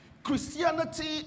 Christianity